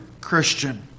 Christian